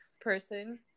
person